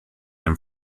him